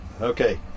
Okay